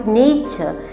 nature